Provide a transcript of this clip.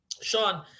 Sean